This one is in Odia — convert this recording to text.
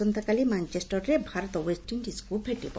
ଆସନ୍ତାକାଲି ମାଞ୍ଚେଷ୍ଟରଠାରେ ଭାରତ ୱେଷ୍ଟଶ୍ଡିଜ୍କୁ ଭେଟିବ